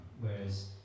Whereas